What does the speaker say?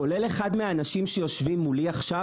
כולל אחד מהאנשים שיושבים מולי עכשיו,